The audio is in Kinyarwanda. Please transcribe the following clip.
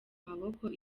amafoto